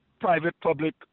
private-public